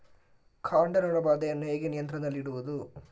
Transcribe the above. ಕಾಂಡ ನೊಣ ಬಾಧೆಯನ್ನು ಹೇಗೆ ನಿಯಂತ್ರಣದಲ್ಲಿಡುವುದು?